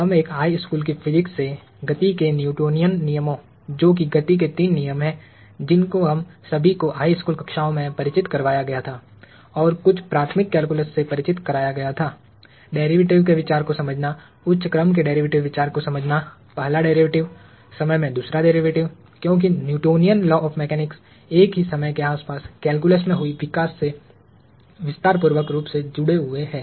हम एक high school की फिजिक्स से गति के न्यूटनियन नियमों जो की गति के तीन नियम है जिनको हम सभी को हाई स्कूल कक्षाओं में परिचित करवाया गया था और कुछ प्राथमिक कैलकुलस से परिचित कराया गया था डेरीवेटिव के विचार को समझना उच्च क्रम के डेरीवेटिव विचार को समझना पहला डेरीवेटिव समय में दूसरा डेरीवेटिव क्योंकि न्यूटोनियन लॉ ऑफ़ मैकेनिक्स एक ही समय के आसपास कैलकुलस में हुई विकास से विस्तारपूर्वक रूप जुड़े हुए हैं